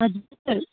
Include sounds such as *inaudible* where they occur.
हजुर *unintelligible*